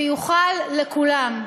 ויוכל לכולם.